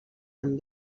amb